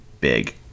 big